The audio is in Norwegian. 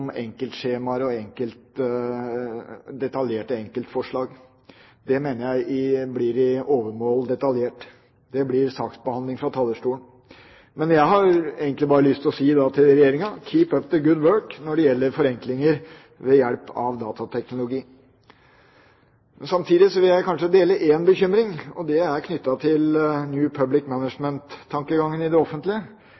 enkeltskjemaer og detaljerte enkeltforslag. Det mener jeg blir til overmål detaljert – det blir saksbehandling fra talerstolen. Men jeg har egentlig bare lyst til å si til Regjeringa: «Keep up the good work» når det gjelder forenklinger ved hjelp av datateknologi. Samtidig vil jeg kanskje dele en bekymring, og det er knyttet til New Public